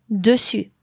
dessus